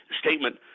statement